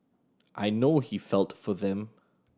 I know he felt for them